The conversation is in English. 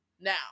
Now